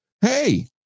Hey